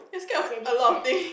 scared cat